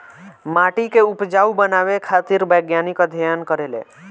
माटी के उपजाऊ बनावे खातिर वैज्ञानिक अध्ययन करेले